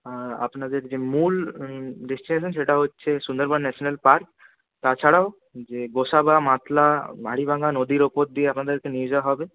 আপনাদের যে মূল ডেস্টিনেশন সেটা হচ্ছে সুন্দরবন ন্যাশানাল পার্ক তাছাড়াও গোসাবা মাতলা হাড়িভাঙা নদীর উপর দিয়ে আপনাদেরকে নিয়ে যাওয়া হবে